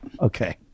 Okay